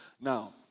Now